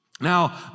Now